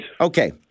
Okay